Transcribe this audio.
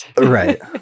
Right